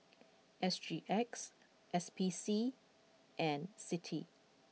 S G X S P C and Citi